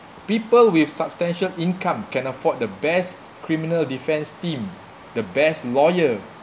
people with substantial income can afford the best criminal defense team the best lawyer